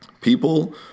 people